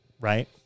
right